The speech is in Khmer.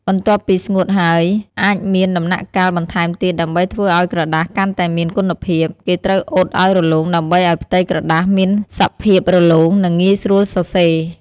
បន្ទាប់ពីស្ងួតហើយ អាចមានដំណាក់កាលបន្ថែមទៀតដើម្បីធ្វើឱ្យក្រដាសកាន់តែមានគុណភាព គេត្រូវអ៊ុតឲ្យរលោងដើម្បីឱ្យផ្ទៃក្រដាសមានសភាព រលោង និងងាយស្រួលសរសេរ។